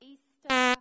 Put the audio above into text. Easter